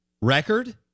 record